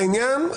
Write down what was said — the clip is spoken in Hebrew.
לעניין,